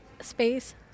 space